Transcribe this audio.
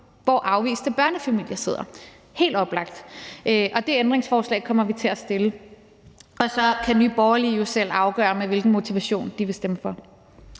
hvor afviste børnefamilier sidder. Det er helt oplagt, og det ændringsforslag kommer vi til at stille. Og så kan Nye Borgerlige jo selv afgøre, med hvilken motivation de vil stemme for.